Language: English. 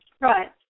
Right